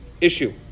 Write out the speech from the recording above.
issue